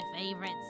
favorites